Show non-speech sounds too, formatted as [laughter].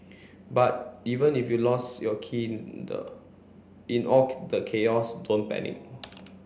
but even if you lost your key [unintelligible] in all the chaos don't panic